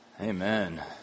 Amen